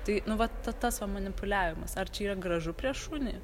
tai nu va ta tas va manipuliavimas ar čia yra gražu prieš šunį